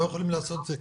לא יכולים לעשות את זה,